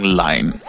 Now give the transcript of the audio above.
line